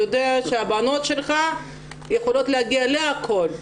יודע שהבנות שלך יכולות להגיע להכול.